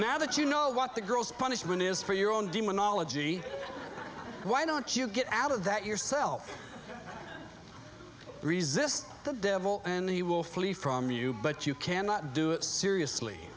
now that you know what the girl's punishment is for your own demonology why don't you get out of that yourself resist the devil and he will flee from you but you cannot do it seriously